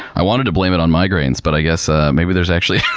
i wanted to blame it on migraines, but i guess ah maybe there's actually.